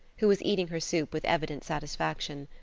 who was eating her soup with evident satisfaction.